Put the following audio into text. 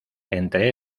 entre